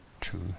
true